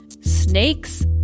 snakes